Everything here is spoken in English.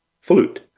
flute